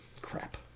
crap